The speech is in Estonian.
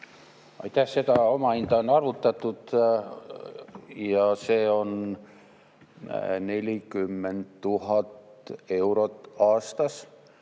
Aitäh! Seda omahinda on arvutatud ja see on 40 000 eurot aastas.